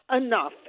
enough